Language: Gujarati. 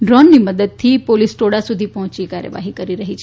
ડ્રોનથી મદદથી પોલીસ ટોળા સુધી પહોંચી કાર્યવાહી કરી રહી છે